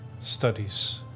studies